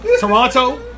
Toronto